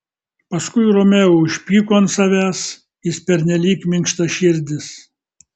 paskui romeo užpyko ant savęs jis pernelyg minkštaširdis